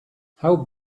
how